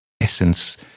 essence